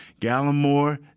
Gallimore